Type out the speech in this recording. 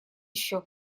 ещё